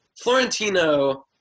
Florentino